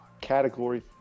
category